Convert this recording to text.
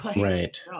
Right